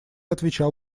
отвечал